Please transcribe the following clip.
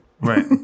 right